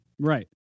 Right